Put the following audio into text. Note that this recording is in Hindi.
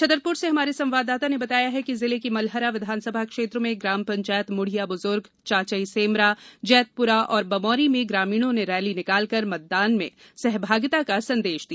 छतरपुर से हमारे संवाददाता ने बताया है कि जिले की मलहरा विधानसभा क्षेत्र में ग्राम पंचायत मुढ़िया बुजुर्ग चाचई सेमरा जैतपुरा और बमोरी में ग्रामीणों ने रैली निकालकर मतदान में सहभागिता का संदेश दिया